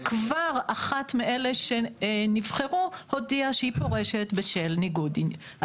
וכבר אחת מאלה שנבחרו הודיעה שהיא פורשת בשל ניגוד עניינים.